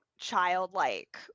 childlike